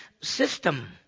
system